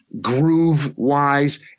groove-wise